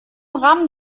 rahmen